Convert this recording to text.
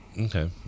Okay